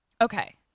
Okay